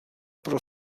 pro